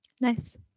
Nice